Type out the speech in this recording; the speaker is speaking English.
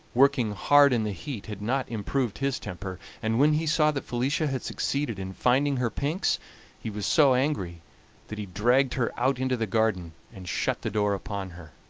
working hard in the heat had not improved his temper, and when he saw that felicia had succeeded in finding her pinks he was so angry that he dragged her out into the garden and shut the door upon her.